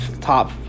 top